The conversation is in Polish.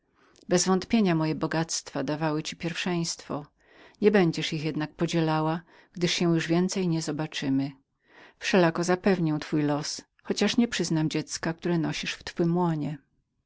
żonę bezwątpienia moje bogactwa do wałydawały mi pierwszeństwo nie będziesz ich jednak podzielała gdyż już się więcej nie zobaczymy wszelako zapewnię twój los chociaż nie przyznam dziecka które nosisz w